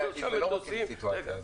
לא רוצים את הסיטואציה הזאת.